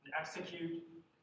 execute